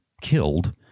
killed